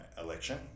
election